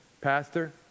Pastor